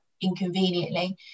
inconveniently